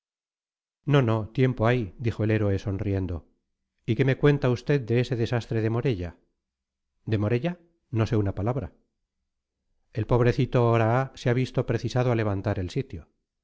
no no tiempo hay dijo el héroe sonriendo y qué me cuenta usted de ese desastre de morella de morella no sé una palabra el pobrecito oraa se ha visto precisado a levantar el sitio